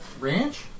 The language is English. ranch